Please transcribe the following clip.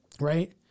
right